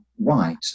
right